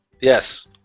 Yes